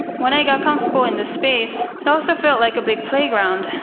when i got comfortable in the space, it also felt like a big playground.